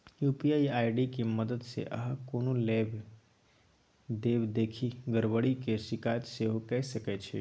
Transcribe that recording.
UPI ID के मददसँ अहाँ कोनो लेब देब देखि गरबरी केर शिकायत सेहो कए सकै छी